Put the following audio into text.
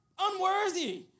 unworthy